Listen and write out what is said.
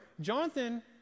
Jonathan